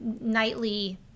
nightly